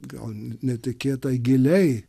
gal netikėtai giliai